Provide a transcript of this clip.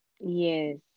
Yes